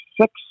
six